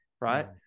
right